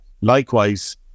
likewise